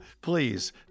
Please